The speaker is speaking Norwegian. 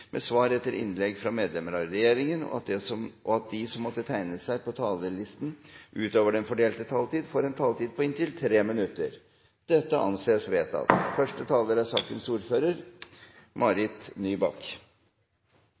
at de som måtte tegne seg på talerlisten utover den fordelte taletid, får en taletid på inntil 3 minutter. – Det anses vedtatt. I denne saken er